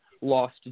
lost